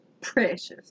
precious